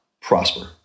prosper